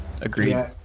Agreed